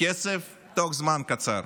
כסף תוך זמן קצר,